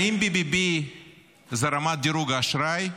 האם BBB זה רמה דירוג האשראי,